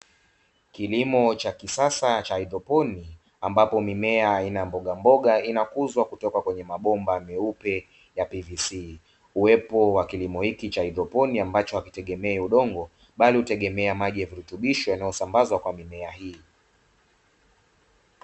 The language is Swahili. Kilimo cha kisasa cha haidroponi, ambapo mimea aina ya mboga mboga inakuzwa kutoka kwenye mabomba meupe ya "PVC". Uwepo wa kilimo hiki cha haidroponi ambacho hakitegemei udongo bali hutegemea maji ya virutubisho yanayosambazwa kwa mimea hii.